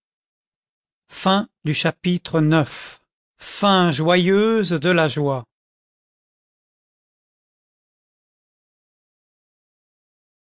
chapitre ix fin joyeuse de la joie